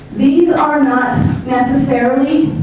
these are not necessarily